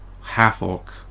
half-orc